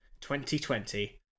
2020